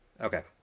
Okay